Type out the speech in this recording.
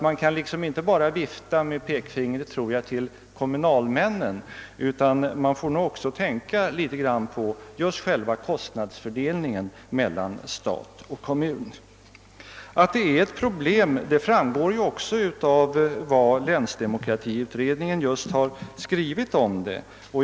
Man kan alltså inte bara vifta med pekfingret mot kommunalmännen, utan man får nog också tänka litet grand på själva kostnadsfördelningen mellan stat och kommun. Att kostnadsfördelningen är ett problem framgår också av vad länsdemokratiutredningen har skrivit just om den.